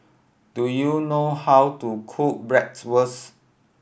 do you know how to cook Bratwurst